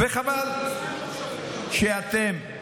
וחבל שאתם,